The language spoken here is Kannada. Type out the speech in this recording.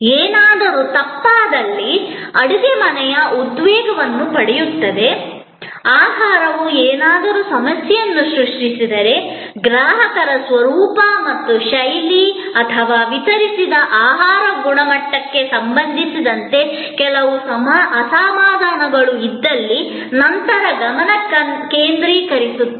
ಏನಾದರೂ ತಪ್ಪಾದಲ್ಲಿ ಅಡುಗೆಮನೆಯು ಉದ್ವೇಗವನ್ನು ಪಡೆಯುತ್ತದೆ ಆಹಾರವು ಏನಾದರೂ ಸಮಸ್ಯೆಯನ್ನು ಸೃಷ್ಟಿಸಿದರೆ ಗ್ರಾಹಕರ ಸ್ವರೂಪ ಮತ್ತು ಶೈಲಿ ಅಥವಾ ವಿತರಿಸಿದ ಆಹಾರದ ಗುಣಮಟ್ಟಕ್ಕೆ ಸಂಬಂಧಿಸಿದಂತೆ ಕೆಲವು ಅಸಮಾಧಾನಗಳು ಇದ್ದಲ್ಲಿ ನಂತರ ಅಡುಗೆ ಮನೆ ಕಡೆಗೆ ಗಮನ ಕೇಂದ್ರೀಕರಿಸುತ್ತದೆ